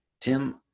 Tim